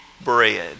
bread